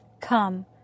come